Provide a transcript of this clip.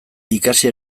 ikasi